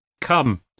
Come